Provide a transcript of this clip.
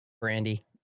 Brandy